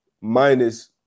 minus